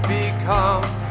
becomes